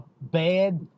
bad